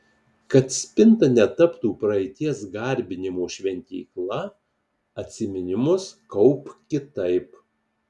kad spinta netaptų praeities garbinimo šventykla atsiminimus kaupk kitaip